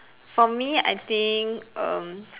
for me I think err